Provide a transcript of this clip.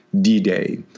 D-Day